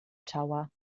tower